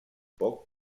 poc